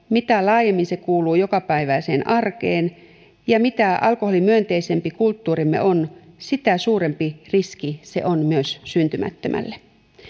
mitä laajemmin se kuuluu jokapäiväiseen arkeen ja mitä alkoholimyönteisempi kulttuurimme on sitä suurempi riski se on myös syntymättömälle